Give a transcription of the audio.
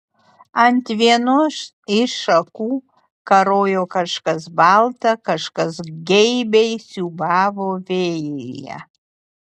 ant vienos iš šakų karojo kažkas balta kažkas geibiai siūbavo vėjyje